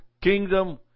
kingdom